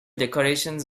decorations